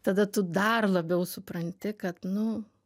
tada tu dar labiau supranti kad nu